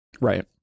Right